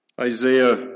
Isaiah